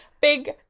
big